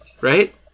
right